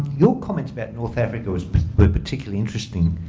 your comment about north africa was particularly interesting.